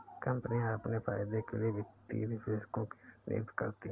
कम्पनियाँ अपने फायदे के लिए वित्तीय विश्लेषकों की नियुक्ति करती हैं